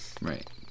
Right